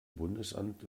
bundesamt